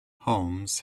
holmes